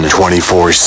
24